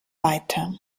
weiter